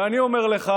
ואני אומר לך